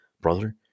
brother